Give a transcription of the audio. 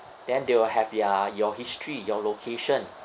then they will have their your history your location